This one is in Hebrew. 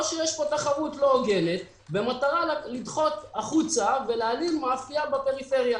או יש פה תחרות לא הוגנת במטרה לדחות החוצה ולהעלים מאפייה בפריפריה.